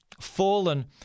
fallen